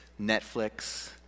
Netflix